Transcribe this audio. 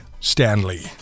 Stanley